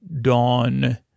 dawn